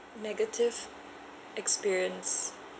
negative experience